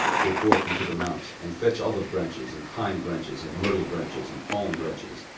go forth unto the mount, and fetch olive branches, and pine branches, and myrtle branches, and palm branches,